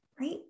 right